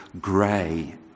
grey